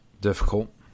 difficult